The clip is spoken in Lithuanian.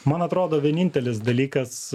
man atrodo vienintelis dalykas